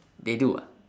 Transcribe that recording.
they do ah